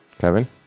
Kevin